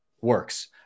works